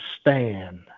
stand